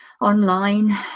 online